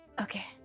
Okay